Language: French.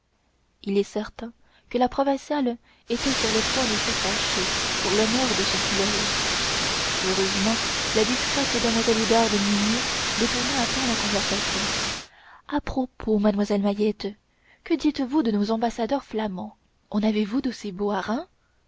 il est certain que la provinciale était sur le point de se fâcher pour l'honneur de son pilori heureusement la discrète damoiselle oudarde musnier détourna à temps la conversation à propos damoiselle mahiette que dites-vous de nos ambassadeurs flamands en avez-vous d'aussi beaux